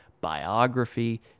biography